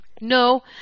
No